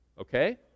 okay